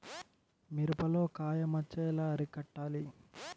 మిరపలో కాయ మచ్చ ఎలా అరికట్టాలి?